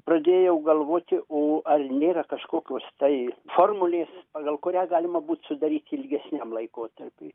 pradėjau galvoti o ar nėra kažkokios tai formulės pagal kurią galima būt sudaryti ilgesniam laikotarpiui